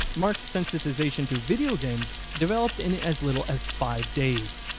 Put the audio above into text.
marked sensitization to video games developed in as little as five days.